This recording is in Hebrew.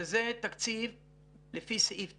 שזה תקציב לפי סעיף 9,